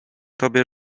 tobie